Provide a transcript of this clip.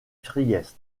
priest